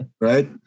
right